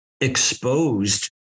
exposed